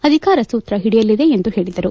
ಅಧಿಕಾರ ಸೂತ್ರ ಹಿಡಿಯಲಿದೆ ಎಂದು ಹೇಳಿದರು